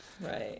Right